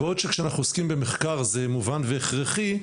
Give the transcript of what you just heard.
ובעוד שכשאנחנו עוסקים במחקר זה מובן והכרחי,